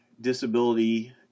disability